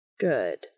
Good